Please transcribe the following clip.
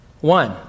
One